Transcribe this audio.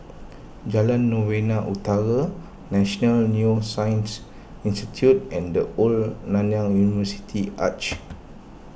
Jalan Novena Utara National Neuroscience Institute and the Old Nanyang University Arch